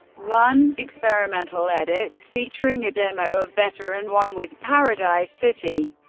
one experimental edit featuring a demo of better and one with paradise city.